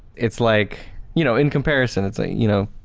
it's like you know, in comparison it's a you know,